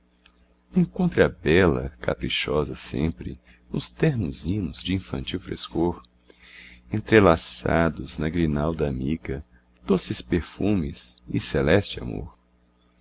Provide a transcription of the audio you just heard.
a bela caprichosa sempre nos ternos hinos dinfantil frescor entrelaçados na grinalda amiga doces perfumes e celeste amor